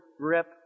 grip